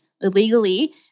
illegally